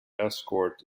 escort